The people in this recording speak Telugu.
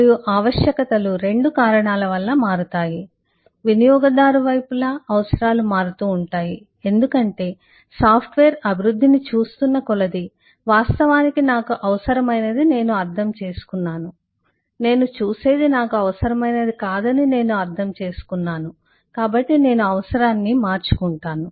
మరియు ఆవశ్యకతలు 2 కారణాల వల్ల మారుతాయి వినియోగదారు వైపులా అవసరాలు మారుతూ ఉంటాయి ఎందుకంటే సాఫ్ట్వేర్ అభివృద్ధిని చూస్తున్న కొలది వాస్తవానికి నాకు అవసరమైనది నేను అర్థం చేసుకున్నాను నేను చూసేది నాకు అవసరమైనది కాదని నేను అర్థం చేసుకున్నాను కాబట్టి నేను అవసరాన్ని మార్చుకుంటాను